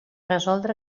resoldre